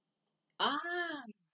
ah